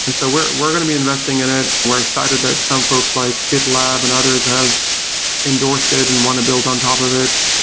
and so we're we're going to be investing in it. we're excited that some folks like gitlab and others have endorsed it and want to build on top of it.